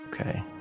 Okay